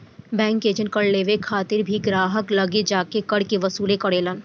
bank के agent कर लेवे खातिर भी ग्राहक लगे जा के कर के वसूली करेलन